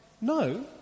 no